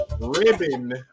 Ribbon